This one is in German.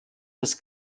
des